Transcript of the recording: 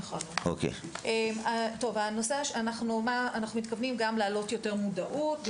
אנחנו מתכוונים גם להעלות יותר מודעות.